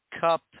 Cup